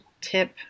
tip